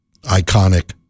iconic